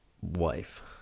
wife